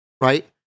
right